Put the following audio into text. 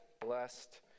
blessed